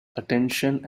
attention